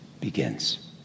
begins